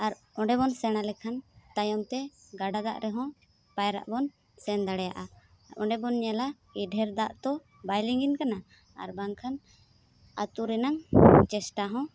ᱟᱨ ᱚᱸᱰᱮ ᱵᱚᱱ ᱥᱮᱬᱟ ᱞᱮᱠᱷᱟᱱ ᱛᱟᱭᱚᱢᱛᱮ ᱜᱟᱰᱟ ᱫᱟᱜ ᱨᱮᱦᱚᱸ ᱯᱟᱭᱨᱟᱜ ᱵᱚᱱ ᱥᱮᱱ ᱫᱟᱲᱮᱭᱟᱜᱼᱟ ᱚᱸᱰᱮᱵᱚᱱ ᱧᱮᱞᱟ ᱰᱷᱮᱨ ᱫᱟᱜ ᱫᱚ ᱵᱟᱭ ᱞᱤᱸᱜᱤᱱ ᱠᱟᱱᱟ ᱟᱨᱵᱟᱝ ᱠᱷᱟᱱ ᱟᱹᱛᱩᱨᱮᱱᱟᱝ ᱪᱮᱥᱴᱟ ᱦᱚᱸ